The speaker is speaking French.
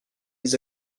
des